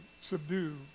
subdue